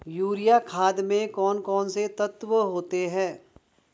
Urea खाद में कौन कौन से तत्व होते हैं?